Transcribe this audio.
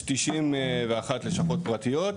יש 91 לשכות פרטיות.